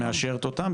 מאשרת אותם,